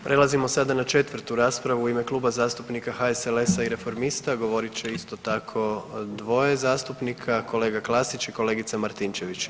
Prelazimo sada na četvrtu raspravu u ime Kluba zastupnika HSLS-a i Reformista govorit će isto tako dvoje zastupnika kolega Klasić i kolegica Matinčević.